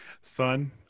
son